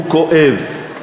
הוא כואב,